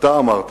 אתה אמרת